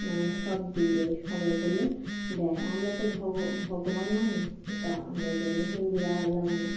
মানে সব দিলে সবাই করলে দেয় আমরা তো ভগ ভগবান মানি এটা আমরা জেনে হিন্দুরা আল্লাহ মানি